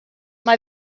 mae